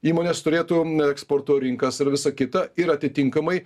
įmonės turėtų eksporto rinkas ir visa kita ir atitinkamai